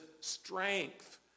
strength